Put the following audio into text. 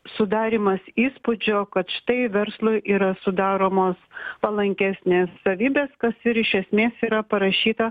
sudarymas įspūdžio kad štai verslui yra sudaromos palankesnės savybės kas ir iš esmės yra parašyta